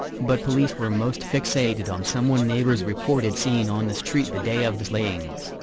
but police were most fixated on someone neighbors reported seeing on the street the day of the slayings,